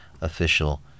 official